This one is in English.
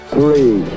Three